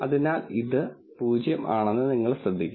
അതിനാൽ ഇത് 0 ആണെന്ന് നിങ്ങൾ ശ്രദ്ധിക്കും